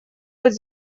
быть